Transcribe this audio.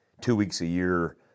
two-weeks-a-year